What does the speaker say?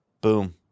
Boom